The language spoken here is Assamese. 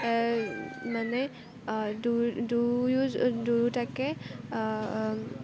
মানে দুই দুয়ো দুয়োটাকে